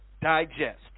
digest